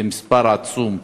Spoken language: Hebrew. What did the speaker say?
זה מספר עצום.